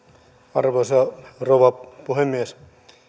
arvoisa rouva puhemies